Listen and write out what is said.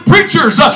preachers